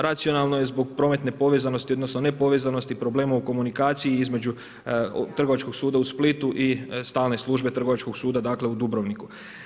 Racionalno je zbog prometne povezanosti, odnosno nepovezanosti problema u komunikaciji između Trgovačkog suda u Splitu i stalne službe Trgovačkog suda, dakle u Dubrovniku.